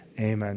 Amen